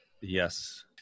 Yes